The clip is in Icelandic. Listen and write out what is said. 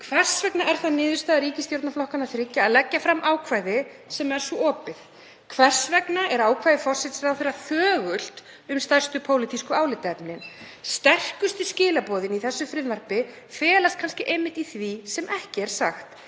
Hvers vegna er það niðurstaða ríkisstjórnarflokkanna þriggja að leggja fram ákvæði sem er svo opið? Hvers vegna er ákvæði forsætisráðherra þögult um stærstu pólitísku álitaefnin? Sterkustu skilaboðin í þessu frumvarpi felast kannski einmitt í því sem ekki er sagt,